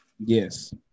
Yes